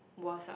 worst ah